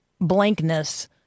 blankness